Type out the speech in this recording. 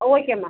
ஓகேமா